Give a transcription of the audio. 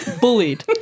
Bullied